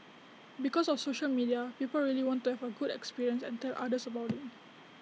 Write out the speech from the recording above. because of social media people really want to have A good experience and tell others about IT